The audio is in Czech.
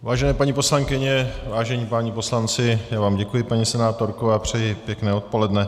Vážené paní poslankyně, vážení páni poslanci já vám děkuji, paní senátorko, a přeji pěkné odpoledne.